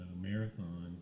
Marathon